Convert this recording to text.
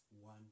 one